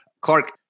Clark